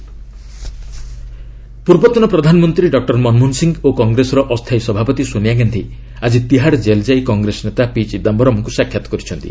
ସୋନିଆ ଚିଦାମ୍ବରମ ପୂର୍ବତନ ପ୍ରଧାନମନ୍ତ୍ରୀ ମନମୋହନ ସିଂହ ଓ କଂଗ୍ରେସର ଅସ୍ଥାୟୀ ସଭାପତି ସୋନିଆ ଗାନ୍ଧୀ ଆଜି ତିହାର ଜେଲ୍ ଯାଇ କଂଗ୍ରେସ ନେତା ପି ଚିଦାମ୍ଭରମଙ୍କୁ ସାକ୍ଷାତ୍ କରିଛନ୍ତି